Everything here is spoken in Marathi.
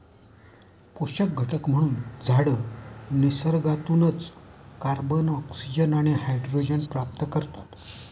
पोषक घटक म्हणून झाडं निसर्गातूनच कार्बन, ऑक्सिजन आणि हायड्रोजन प्राप्त करतात